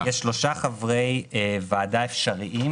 חבר הוועדה כאמור בסעיף קטן (א)(3)"